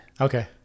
Okay